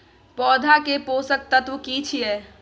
पौधा के पोषक तत्व की छिये?